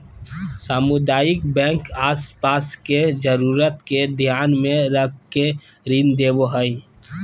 सामुदायिक बैंक आस पास के जरूरत के ध्यान मे रख के ऋण देवो हय